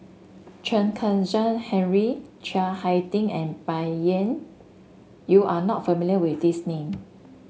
Chen Kezhan Henri Chiang Hai Ding and Bai Yan you are not familiar with these name